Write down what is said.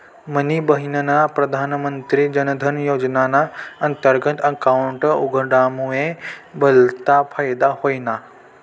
मनी बहिनना प्रधानमंत्री जनधन योजनाना अंतर्गत अकाउंट उघडामुये भलता फायदा व्हयना